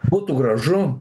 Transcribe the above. būtų gražu